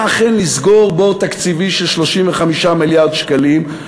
אכן לסגור בור תקציבי של 35 מיליארד שקלים,